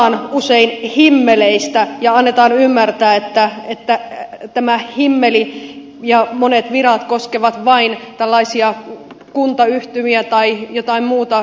puhutaan usein himmeleistä ja annetaan ymmärtää että tämä himmeli ja monet virat koskevat vain tällaisia kuntayhtymiä tai joitain muita yhteistyöelimiä